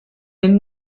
den